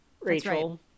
rachel